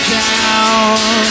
down